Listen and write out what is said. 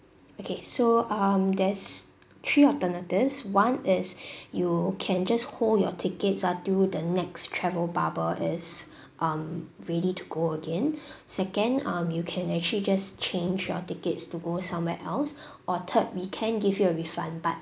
okay so um there's three alternatives one is you can just hold your tickets until the next travel bubble is um ready to go again second um you can actually just change your tickets to go somewhere else or third we can give you a refund but